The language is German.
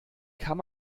kann